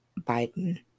Biden